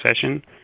session